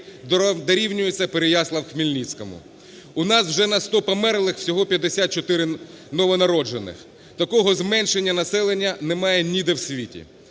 дорівнюється Переяслав-Хмельницькому. У нас вже на 100 померлих всього 54 новонароджених. Такого зменшення населення немає ніде в світі.